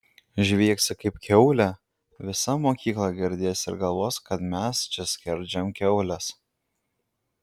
žviegsi kaip kiaulė visa mokykla girdės ir galvos kad mes čia skerdžiam kiaules